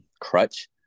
crutch